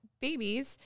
babies